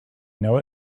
know